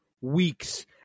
weeks